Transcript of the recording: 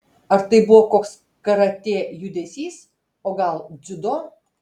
ar tai buvo koks karatė judesys o gal dziudo